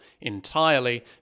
entirely